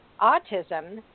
autism